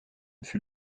fut